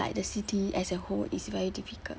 like C_T as a whole is very difficult